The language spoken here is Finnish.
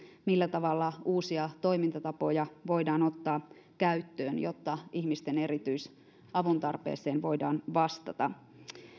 millä tavalla uusia toimintatapoja voidaan ottaa käyttöön jotta ihmisten erityisavuntarpeeseen voidaan vastata